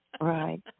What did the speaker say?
Right